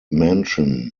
mansion